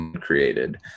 created